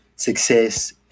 success